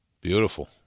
beautiful